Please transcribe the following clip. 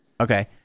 Okay